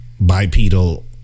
bipedal